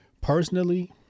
Personally